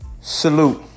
Salute